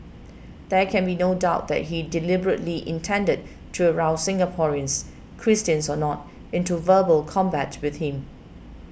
there can be no doubt that he deliberately intended to arouse Singaporeans Christians or not into verbal combat with him